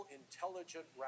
intelligent